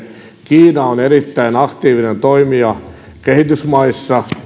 kiina on erittäin aktiivinen toimija kehitysmaissa